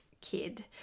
kid